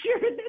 sure